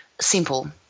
simple